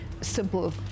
simple